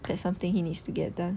that's something he needs to get done